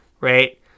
Right